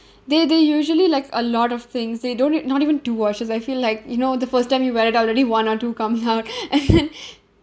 they they usually like a lot of things they don't not even two washes I feel like you know the first time you wear it already one or two come out and then